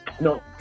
no